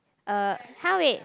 uh !huh! wait